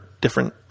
different